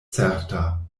certa